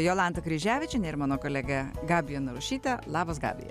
jolanta kryževičienė ir mano kolegė gabija narušytė labas gabija